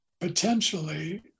potentially